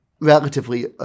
relatively